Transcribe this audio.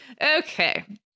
Okay